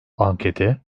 ankete